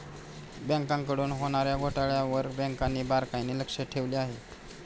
बँकांकडून होणार्या घोटाळ्यांवर बँकांनी बारकाईने लक्ष ठेवले आहे